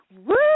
Woo